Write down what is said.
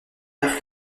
air